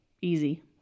easy